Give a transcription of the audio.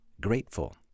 grateful